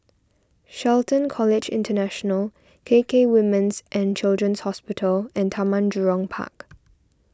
Shelton College International K K Women's and Children's Hospital and Taman Jurong Park